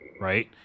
right